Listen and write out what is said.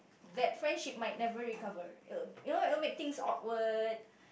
that friendship might never recover I'll you know it'll make things awkward